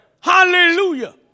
Hallelujah